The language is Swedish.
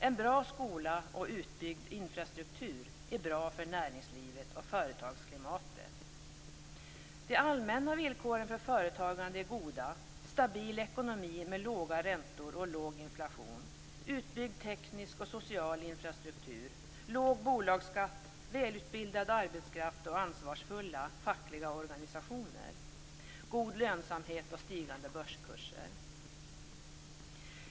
En bra skola och en utbyggd infrastruktur är bra för näringslivet och företagsklimatet. De allmänna villkoren för företagande är goda. Vi har en stabil ekonomi med låga räntor och låg inflation, utbyggd teknisk och social infrastruktur, låg bolagsskatt, välutbildad arbetskraft, ansvarsfulla fackliga organisationer, god lönsamhet och stigande börskurser.